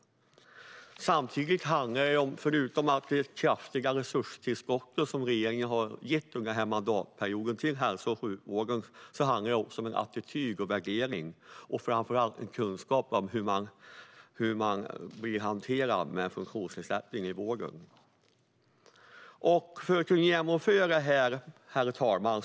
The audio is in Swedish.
Förutom det kraftiga resurstillskott som regeringen under denna mandatperiod har gett till hälso och sjukvården handlar det om attityd och värdering men framför allt om kunskap om hur man med en funktionsnedsättning blir hanterad i vården. Herr talman!